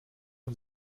und